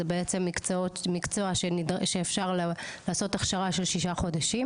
זה בעצם מקצוע שאפשר לעשות הכשרה של שישה חודשים,